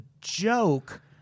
joke